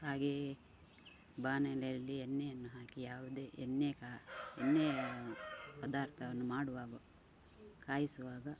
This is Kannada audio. ಹಾಗೆಯೇ ಬಾಣಲೆಯಲ್ಲಿ ಎಣ್ಣೆಯನ್ನು ಹಾಕಿ ಯಾವುದೇ ಎಣ್ಣೆ ಕಾ ಎಣ್ಣೆಯ ಪದಾರ್ಥವನ್ನು ಮಾಡುವಾಗ ಕಾಯಿಸುವಾಗ